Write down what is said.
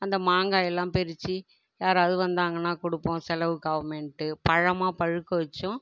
அந்த மாங்காயெல்லாம் பறிச்சி யாராவது வந்தாங்கன்னால் கொடுப்போம் செலவுக்கு ஆகுமேனுட்டு பழமாக பழுக்க வச்சும்